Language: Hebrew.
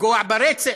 לפגוע ברצף.